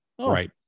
Right